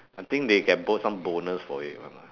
I think they get some bonus for it [one] lah